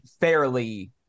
fairly